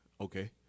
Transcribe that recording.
Okay